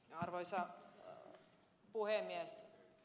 arvoisa puhemies